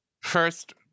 first